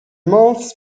months